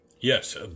Yes